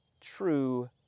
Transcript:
true